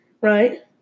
right